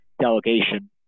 delegation